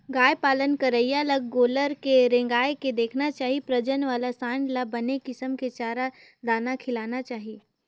गाय पालन करइया ल गोल्लर ल रेंगाय के देखना चाही प्रजनन वाला सांड ल बने किसम के चारा, दाना खिलाना चाही